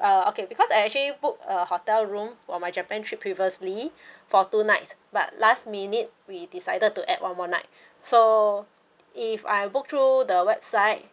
uh okay because I actually book a hotel room for my japan trip previously for two nights but last minute we decided to add one more night so if I book through the website